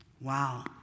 Wow